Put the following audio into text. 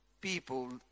people